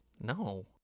No